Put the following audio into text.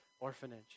orphanage